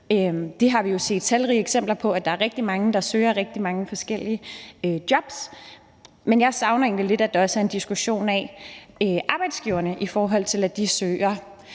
Det har vi jo set talrige eksempler på, altså at der er rigtig mange, der søger rigtig mange forskellige jobs, men jeg savner egentlig lidt, at der også er en diskussion af arbejdsgiverne, i forhold til at de søger